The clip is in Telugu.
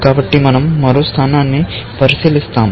కాబట్టి మనం మరో స్థాయిని పరిశీలిస్తాము